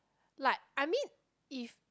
like I mean if